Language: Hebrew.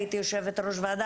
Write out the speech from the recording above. הייתי יושבת ראש ועדה,